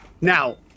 Now